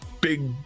big